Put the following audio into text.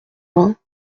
vingt